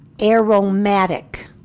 aromatic